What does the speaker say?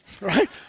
Right